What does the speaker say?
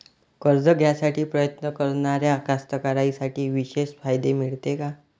कर्ज घ्यासाठी प्रयत्न करणाऱ्या कास्तकाराइसाठी विशेष फायदे मिळते का?